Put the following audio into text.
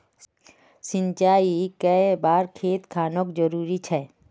सिंचाई कै बार खेत खानोक जरुरी छै?